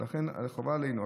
ולכן חובה עלינו.